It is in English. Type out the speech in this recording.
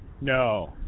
No